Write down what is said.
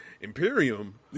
imperium